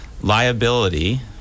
liability